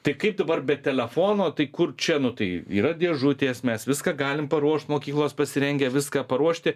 tai kaip dabar be telefono tai kur čia nu tai yra dėžutės mes viską galim paruošt mokyklos pasirengę viską paruošti